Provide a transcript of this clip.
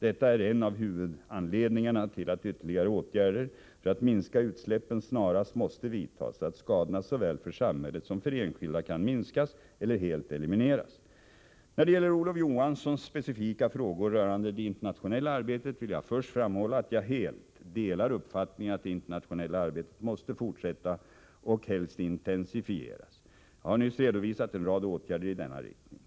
Detta är en av huvudanledningarna till att ytterligare åtgärder för att minska utsläppen snarast måste vidtas så att skadorna såväl för samhället som för enskilda kan minskas eller helt elimineras. När det gäller Olof Johanssons specifika frågor rörande det internationella arbetet vill jag först framhålla att jag helt delar uppfattningen att det internationella arbetet måste fortsätta och helst intensifieras. Jag har nyss Nr 24 redovisat en rad åtgärder i denna riktning.